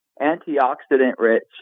antioxidant-rich